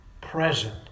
present